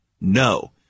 No